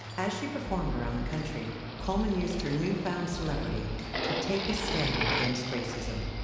as she performed around the country, coleman used her newfound celebrity to take a stand against racism.